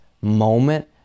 moment